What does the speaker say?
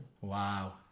Wow